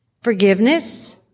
forgiveness